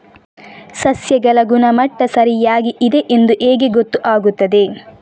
ಸಸ್ಯಗಳ ಗುಣಮಟ್ಟ ಸರಿಯಾಗಿ ಇದೆ ಎಂದು ಹೇಗೆ ಗೊತ್ತು ಆಗುತ್ತದೆ?